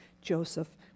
Joseph